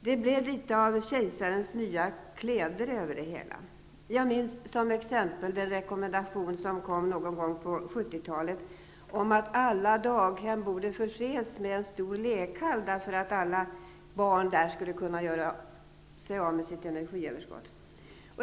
Det blev litet av kejsarens nya kläder över det hela. Jag minns t.ex. den rekommendation som kom någon gång på 70-talet om att alla daghem borde förses med en stor lekhall, därför att alla barn där skulle kunna göra sig av med sitt energiöverskott.